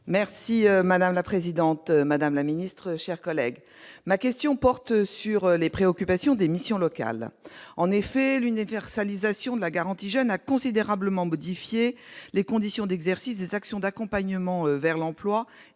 Madame la présidente, madame la ministre, mes chers collègues, ma question porte sur les préoccupations des missions locales. L'universalisation de la garantie jeunes a considérablement modifié les conditions d'exercice des actions d'accompagnement vers l'emploi